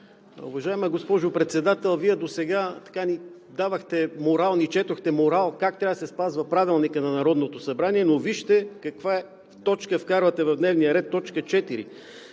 Уважаема госпожо Председател, Вие досега ни четохте морал как трябва да се спазва Правилникът на Народното събрание, но вижте каква точка вкарвате в дневния ред – точка